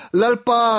...lalpa